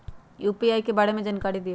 UPI के बारे में जानकारी दियौ?